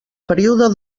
període